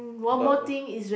but